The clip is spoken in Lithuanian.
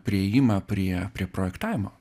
priėjimą prie prie projektavimo